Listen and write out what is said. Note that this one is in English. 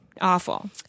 awful